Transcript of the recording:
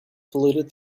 polluted